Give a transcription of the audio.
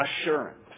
assurance